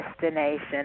destination